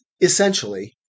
essentially